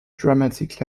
dramatic